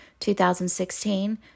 2016